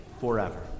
forever